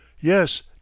YES